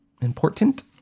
Important